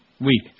Weak